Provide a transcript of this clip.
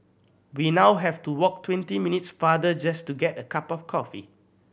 we now have to walk twenty minutes farther just to get a cup of coffee